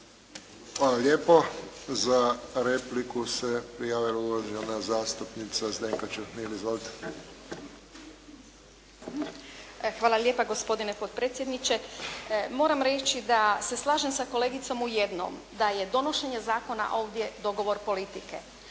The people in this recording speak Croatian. Hvala lijepo. Za repliku se javila uvažena zastupnica Zdenka Čunhil. Izvolite. **Čuhnil, Zdenka (Nezavisni)** Hvala lijepa gospodine potpredsjedniče. Moram reći da se slažem sa kolegicom u jednom, da je donošenje zakona ovdje dogovor politike,